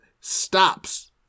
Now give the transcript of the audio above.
stops